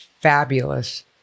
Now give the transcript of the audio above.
fabulous